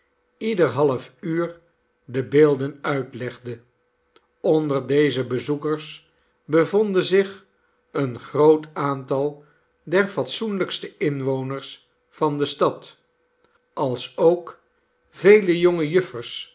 ieder half uur de beelden uitlegde onder deze bezoekers bevonden zich een groot aantal der fatsoenlijkste inwoners van de stad alsook vele jonge